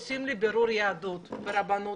עושים לי בירור יהדות ברבנות.